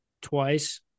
twice